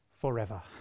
forever